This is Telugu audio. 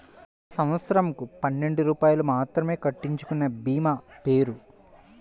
సంవత్సరంకు పన్నెండు రూపాయలు మాత్రమే కట్టించుకొనే భీమా పేరు?